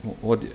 w~ what di~